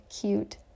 cute